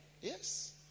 Yes